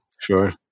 Sure